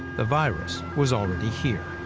the virus was already here.